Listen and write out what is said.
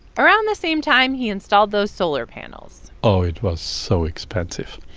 around the same time, he installed those solar panels oh, it was so expensive.